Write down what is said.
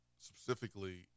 specifically